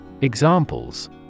Examples